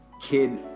kid